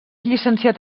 llicenciat